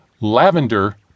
lavender